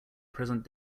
present